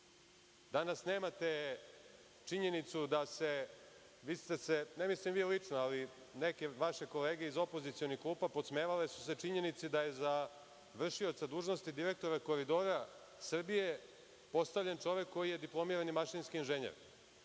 danas nemate činjenicu da se, vi ste se, ne mislim vi lično, ali neke vaše kolege iz opozicionih klupa podsmevale su se činjenici da je za vršioca dužnosti direktora „Koridora Srbije“ postavljen čovek koji je diplomirani mašinski inženjer.U